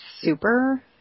super